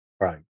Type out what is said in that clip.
Right